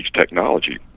technology